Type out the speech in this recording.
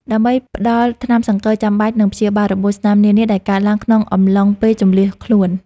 ដើម្បីផ្ដល់ថ្នាំសង្កូវចាំបាច់ និងព្យាបាលរបួសស្នាមនានាដែលកើតឡើងក្នុងអំឡុងពេលជម្លៀសខ្លួន។